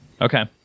okay